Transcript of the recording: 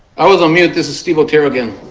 i was on mute. this is steven otero again.